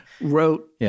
wrote